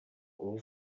all